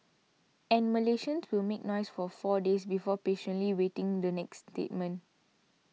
and Malaysians will make noise for four days before patiently waiting the next statement